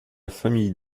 famille